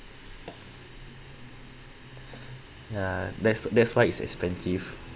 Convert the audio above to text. ya that's that's why it's expensive